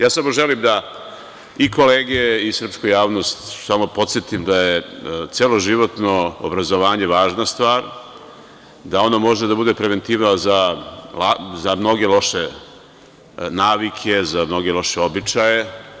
Samo želim da i kolege i srpsku javnost samo podsetim da je celoživotno obrazovanje važna stvar, da ono može da bude preventiva za mnoge loše navike, za mnoge loše običaje.